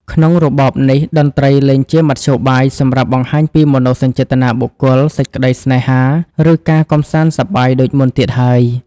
ក្នុងរបបនេះ តន្ត្រីលែងជាមធ្យោបាយសម្រាប់បង្ហាញពីមនោសញ្ចេតនាបុគ្គល សេចក្តីស្នេហា ឬការកម្សាន្តសប្បាយដូចមុនទៀតហើយ។